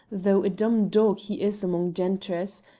though a dumb dog he is among gentrice,